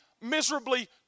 miserably